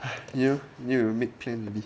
you have to make plans baby